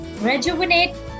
rejuvenate